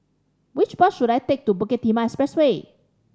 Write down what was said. which bus should I take to Bukit Timah Expressway